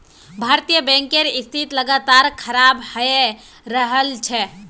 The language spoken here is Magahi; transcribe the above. भारतीय बैंकेर स्थिति लगातार खराब हये रहल छे